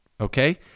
okay